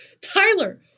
Tyler